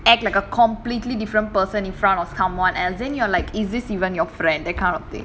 act like a completely different person in front of someone else and then you are like is this even your friend that kind of thing